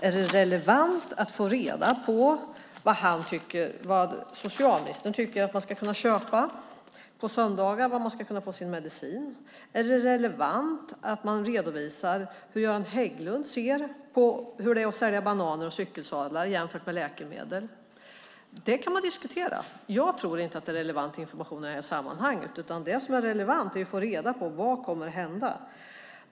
Är det relevant att få reda på vad socialministern tycker att man ska kunna köpa på söndagar och var man ska kunna få sin medicin? Är det relevant att man redovisar hur Göran Hägglund ser på hur det är att sälja bananer och cykelsadlar jämfört med läkemedel? Det kan man diskutera. Jag tror inte att det är relevant information i sammanhanget. Det som är relevant är att få reda på: Vad kommer att hända?